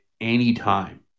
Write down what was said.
anytime